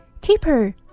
keeper